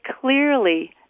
clearly